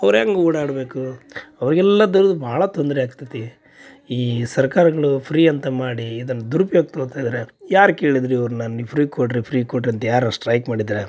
ಅವ್ರ ಹಾಂಗ್ ಓಡಾಡಬೇಕು ಅವರಿಗೆಲ್ಲದರದು ಭಾಳ ತೊಂದರೆ ಆಕ್ತತಿ ಈ ಸರ್ಕಾರಗಳು ಫ್ರೀ ಅಂತ ಮಾಡೀ ಇದನ್ನ ದುರುಪಯೋಗ ತಗೋತ ಇದರೆ ಯಾರು ಕೇಳಿದ್ರ ಇವ್ರನ್ನ ನೀವು ಫ್ರೀ ಕೊಡಿರಿ ಫ್ರೀ ಕೊಡಿರಿ ಅಂತ ಯಾರಾರು ಸ್ಟ್ರೈಕ್ ಮಾಡಿದ್ದ